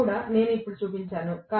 అది కూడా నేను ఇప్పుడు చూపించాను